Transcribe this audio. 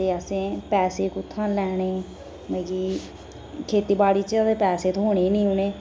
ते असें पैसे कुत्थुआं लैने मतलबकि खेतीबाड़ी च ते पैसे थ्होने नी उनें ई